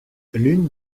l’une